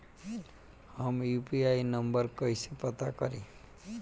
हम UPI number कइसे पता करी?